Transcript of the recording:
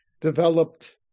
developed